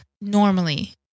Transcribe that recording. normally